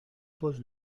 pose